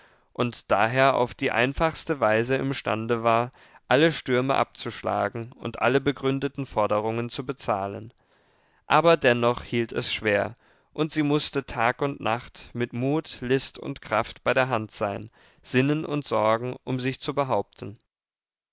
und daher auf die einfachste weise imstande war alle stürme abzuschlagen und alle begründeten forderungen zu bezahlen aber dennoch hielt es schwer und sie mußte tag und nacht mit mut list und kraft bei der hand sein sinnen und sorgen um sich zu behaupten